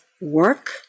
work